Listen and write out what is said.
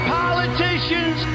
politicians